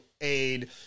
aid